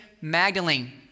Magdalene